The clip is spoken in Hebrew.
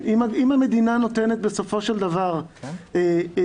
אם המדינה נותנת בסופו של דבר סגר,